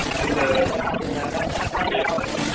جی sir ایک سال کی